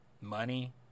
Money